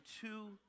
two